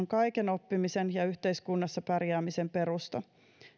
kaiken oppimisen ja yhteiskunnassa pärjäämisen perusta